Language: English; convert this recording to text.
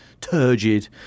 turgid